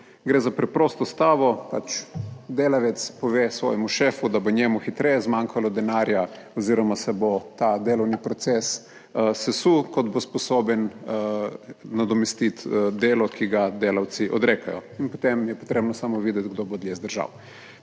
Gre za preprosto stavo, pač delavec pove svojemu šefu, da bo njemu hitreje zmanjkalo denarja oziroma, se bo ta delovni proces sesul, kot bo sposoben. Nadomestiti delo, ki ga delavci odrekajo, in potem je potrebno samo videti kdo bo dlje zdržal.